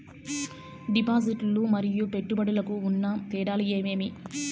డిపాజిట్లు లు మరియు పెట్టుబడులకు ఉన్న తేడాలు ఏమేమీ?